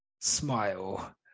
smile